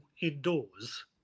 indoors